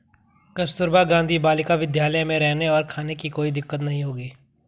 कस्तूरबा गांधी बालिका विद्यालय में रहने और खाने की कोई दिक्कत नहीं होगी